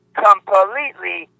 completely